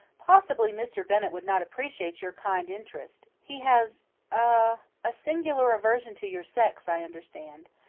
possibly mr. bennett will not appreciate your kind interest! he has ah a singular aversion to your sex, i understand.